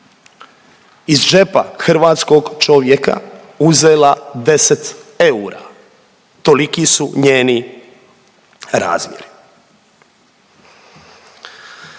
iz džepa hrvatskog čovjeka uzela 10 eura, toliki su njeni razmjeri.